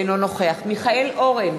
אינו נוכח מיכאל אורן,